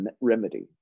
remedy